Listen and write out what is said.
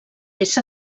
ésser